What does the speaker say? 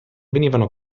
venivano